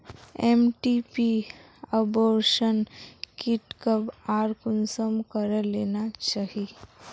MTP abortion kit कब आर कुंसम करे लेना चही?